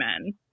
Men